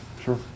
sure